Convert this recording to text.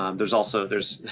um there's also, there's